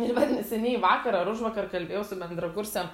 ir vat neseniai vakar ar užvakar kalbėjau su bendrakurse